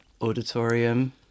auditorium